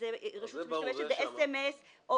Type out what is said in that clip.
בסמס או